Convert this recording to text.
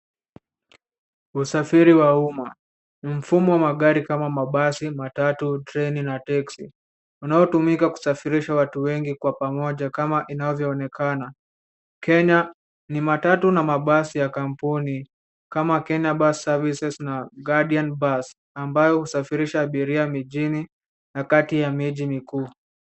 Usafiri wa umma. Mfumo wa magari kama mabasi, matatu, treni na teksi unaotumika kusafirisha watu wengi kwa pamoja kama inavyoonekana. Kena ni matatu na mabasi ya kampuni kama Kena bus services na guardian bus ambayo husafirisha abiria mijini na kati ya miji mikuu.